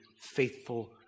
faithful